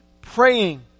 praying